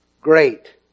Great